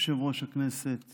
יושב-ראש הכנסת